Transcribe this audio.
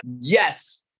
yes